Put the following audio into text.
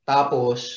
Tapos